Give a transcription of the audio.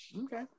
Okay